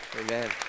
Amen